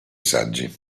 saggi